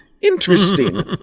interesting